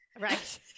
right